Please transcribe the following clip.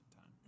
time